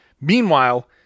Meanwhile